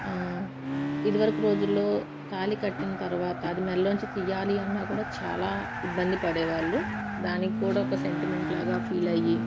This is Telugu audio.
ఇదివరకు రోజులలో తాళి కట్టిన తర్వాత అది మెడలో నుంచి తియ్యాలి అన్నా కూడా చాలా ఇబ్బంది పడేవాళ్ళు దానికి కూడా ఒక సెంటిమెంట్ లాగా ఫీల్ అయ్యి